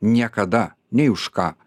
niekada nei už ką